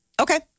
Okay